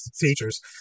teachers